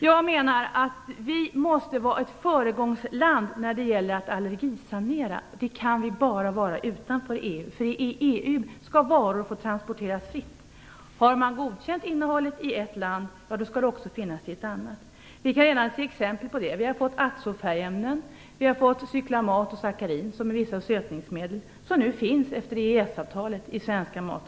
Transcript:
Jag menar att Sverige måste vara ett föregångsland när det gäller att allergisanera. Det kan Sverige bara vara utanför EU. I EU skall varor transporteras fritt. Har innehållet godkänts i ett land skall det få finnas i ett annat land. Vi har fått azofärgämnen. Vi har fått cyklamat och sackarin, som är sötningsmedel och som finns i svenska matvaror i och med EES-avtalet.